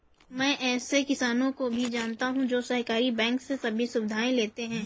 मैं ऐसे किसानो को भी जानता हूँ जो सहकारी बैंक से सभी सुविधाएं लेते है